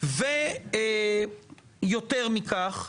יותר מכך,